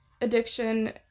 addiction